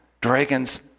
dragons